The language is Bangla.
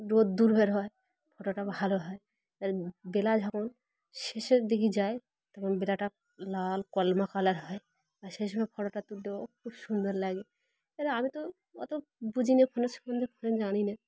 রোদ হয় ফটোটা ভালো হয় এবার বেলা যখন শেষের দিকে যায় তখন বেলাটা লাল কলমা কালার হয় আর সেই সময় ফটোটা তুলতেও খুব সুন্দর লাগে এবার আমি তো অত বুঝিনি ফোনের সম্বন্ধে ফোন জানি না